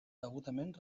degudament